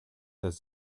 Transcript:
his